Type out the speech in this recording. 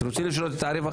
אתם רוצים לשנות את התעריף?